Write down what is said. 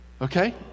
Okay